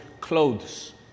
clothes